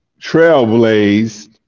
trailblazed